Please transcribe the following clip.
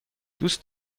دوست